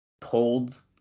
pulled